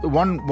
one